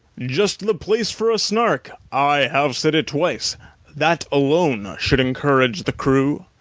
just the place for a snark! i have said it twice that alone should encourage the crew.